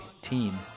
team